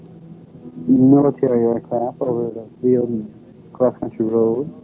military aircraft over the field and cross country road